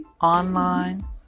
online